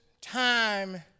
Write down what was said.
time